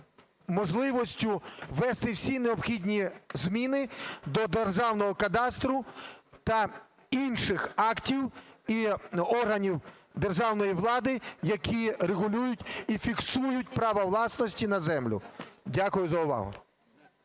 можливістю ввести всі необхідні зміни до державного кадастру та інших актів і органів державної влади, які регулюють і фіксують право власності на землю. Дякую за увагу.